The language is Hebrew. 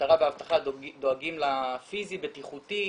והמשטרה והאבטחה דואגים לפיזי בטיחותי,